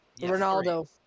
Ronaldo